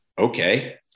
okay